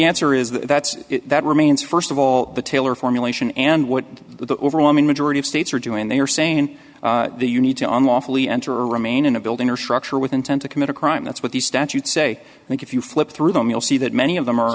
answer is that that's that remains first of all the taylor formulation and what the overwhelming majority of states are doing they are saying the you need to unlawfully enter remain in a building or structure with intent to commit a crime that's what these statutes say and if you flip through them you'll see that many of them are